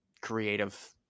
creative